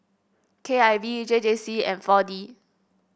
K I V J J C and four D